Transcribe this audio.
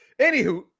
Anywho